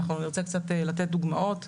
נרצה קצת לתת דוגמאות.